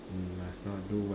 you must not do what you